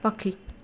ପକ୍ଷୀ